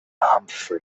humphrey